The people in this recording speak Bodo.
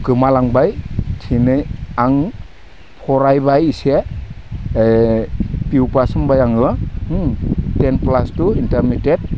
गोमालांबाय दिनै आं फरायबाय एसे पि इउ पास खालामबाय आङो टेन प्लास टु इन्टारमिडियेट